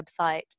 website